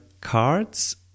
cards